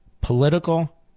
political